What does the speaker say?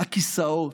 הכיסאות.